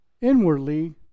inwardly